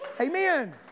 Amen